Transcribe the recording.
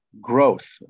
growth